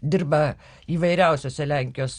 dirba įvairiausiose lenkijos